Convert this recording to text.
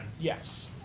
Yes